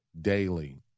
daily